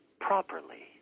properly